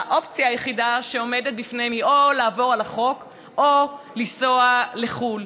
והאופציה שעומדת בפניהם היא או לעבור על החוק או לנסוע לחו"ל,